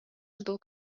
ожидал